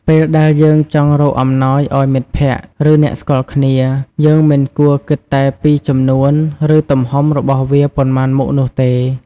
ពេលដែលយើងចង់រកអំណោយឱ្យមិត្តភក្តិ ឬអ្នកស្គាល់គ្នា យើងមិនគួរគិតតែពីចំនួន ឬទំហំរបស់វាប៉ុន្មានមុខនោះទេ។